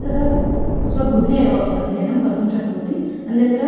सः स्वगृहे एव अध्ययनं कर्तुं शक्नोति अन्यत्र